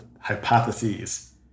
hypotheses